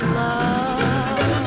love